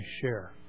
share